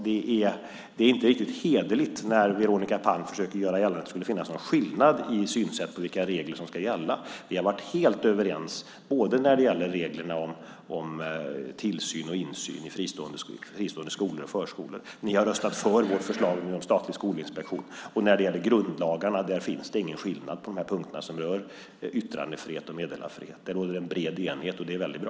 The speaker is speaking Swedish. Det är inte riktigt hederligt när Veronica Palm försöker göra gällande att det skulle finnas någon skillnad i synsätt om vilka regler som ska gälla. Vi har varit helt överens när det gäller reglerna om tillsyn och insyn i fristående skolor och förskolor. Ni har röstat för vårt förslag om en statlig skolinspektion. När det gäller grundlagarna finns det ingen skillnad på de här punkterna som rör yttrandefrihet och meddelarfrihet. Det råder en bred enighet, och det är väldigt bra.